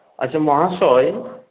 আচ্ছা মহাশয়